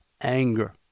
anger